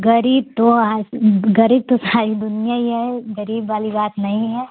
गरीब तो हास गरीब तो सारी दुनिया ही है गरीब वाली बात नहीं है